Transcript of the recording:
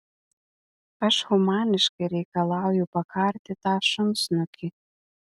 aš humaniškai reikalauju pakarti tą šunsnukį